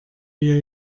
wir